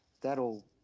that'll